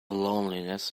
loneliness